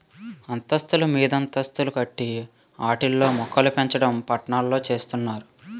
అంతస్తులు మీదంతస్తులు కట్టి ఆటిల్లో మోక్కలుపెంచడం పట్నాల్లో సేత్తన్నారు